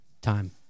Time